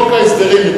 חוק ההסדרים,